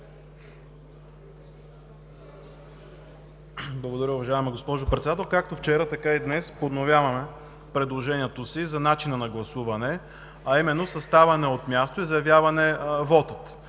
Благодаря, уважаема госпожо Председател. Както вчера, така и днес подновяваме предложението си за начина на гласуване, а именно със ставане от място и заявяване на вота.